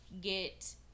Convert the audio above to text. get